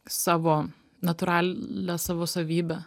savo natūralią savo savybę